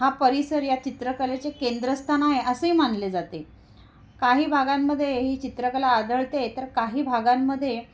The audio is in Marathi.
हा परिसर या चित्रकलेचे केंद्रस्थान आहे असेही मानले जाते काही भागांमध्ये ही चित्रकला आढळते तर काही भागांमध्ये